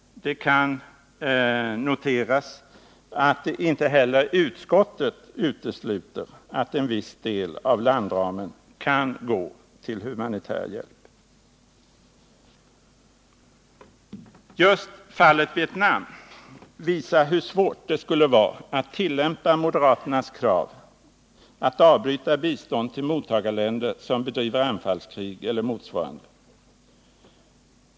Det kan noteras att inte heller utskottet utesluter att en viss del av landramen kan gå till humanitär hjälp. Just fallet Vietnam visar hur svårt det skulle vara att tillämpa moderaternas krav på att avbryta biståndet till mottagarländer som bedriver anfallskrig eller motsvarande.